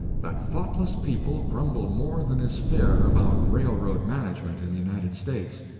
that thoughtless people grumble more than is fair about railroad management in the united states.